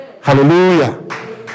Hallelujah